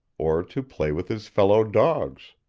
or to play with his fellow-dogs.